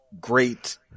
great